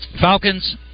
Falcons